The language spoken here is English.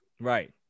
right